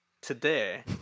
today